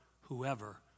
whoever